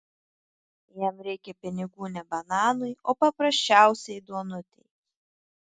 jam reikia pinigų ne bananui o paprasčiausiai duonutei